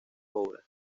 obras